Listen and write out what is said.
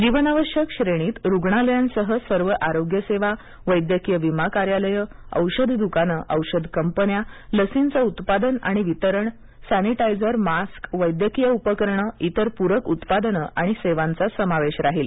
जीवनावश्यक श्रेणीत रुग्णालयांसह सर्व आरोग्य सेवा वैद्यकीय विमा कार्यालयं औषध दुकाने औषध कंपन्या लसींचं उत्पादन आणि वितरण सँनेटायझर मास्क वैद्यकीय उपकरणं इतर पूरक उत्पादनं आणि सेवांचा समावेश राहील